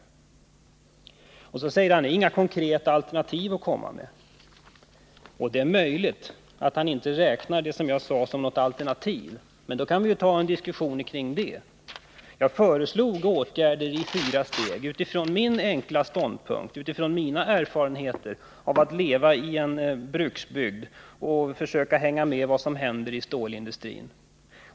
Industriministern säger att vi inte har några konkreta alternativ att komma med. Det är möjligt att han inte räknar det förslag som jag framförde som ett alternativ, men då bör vi ta en diskussion kring det. Jag föreslog åtgärder i fyra steg utifrån min enkla ståndpunkt och mina erfarenheter av att leva i en bruksbygd och av att försöka hänga med i vad som händer inom stålindustrin.